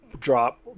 drop